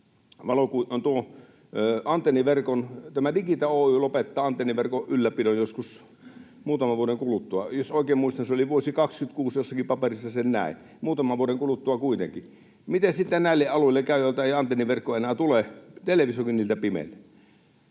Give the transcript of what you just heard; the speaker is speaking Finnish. Digita Oy lopettaa antenniverkon ylläpidon, joskus muutaman vuoden kuluttua. Jos oikein muistan, se oli vuosi 26, jossakin paperissa sen näin, muutaman vuoden kuluttua kuitenkin. Miten sitten käy näille alueille, joille ei antenniverkko enää tule? Televisiokin niiltä pimenee.